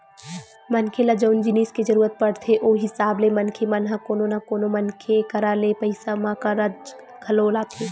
मनखे ल जउन जिनिस के जरुरत पड़थे ओ हिसाब ले मनखे मन ह कोनो न कोनो मनखे करा ले पइसा म करजा घलो लेथे